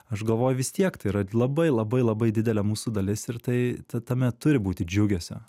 aš galvoju vis tiek tai yra labai labai labai didelė mūsų dalis ir tai tame turi būti džiugesio